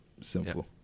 Simple